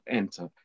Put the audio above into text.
enter